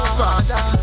father